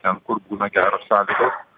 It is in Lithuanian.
ten kur būna geros sąlygos